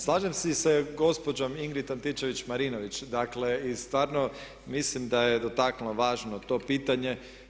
Slažem se i sa gospođom Ingrid Antičević Marinović, dakle i stvarno mislim da je dotaknula važno to pitanje.